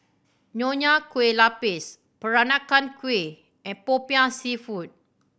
Nonya Kueh Lapis Peranakan Kueh and Popiah Seafood